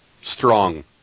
Strong